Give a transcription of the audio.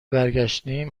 برگشتیم